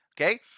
okay